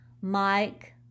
Mike